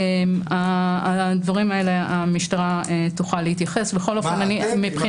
המשטרה תוכל להתייחס לזה.